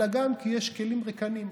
אלא גם כי יש כלים ריקניים.